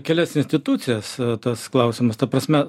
kelias institucijas tas klausimas ta prasme